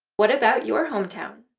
what about your hometown.